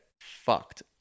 fucked